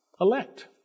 elect